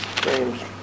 James